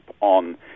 on